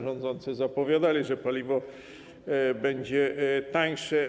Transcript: Rządzący zapowiadali, że paliwo będzie tańsze.